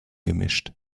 gemischt